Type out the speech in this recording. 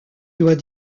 doit